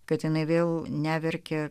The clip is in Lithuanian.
kad jinai vėl neverkė